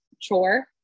chore